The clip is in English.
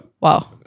Wow